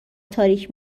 تاریک